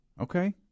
Okay